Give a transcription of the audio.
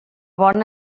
bon